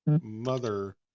mother